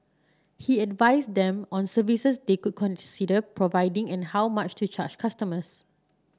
he advised them on services they could consider providing and how much to charge customers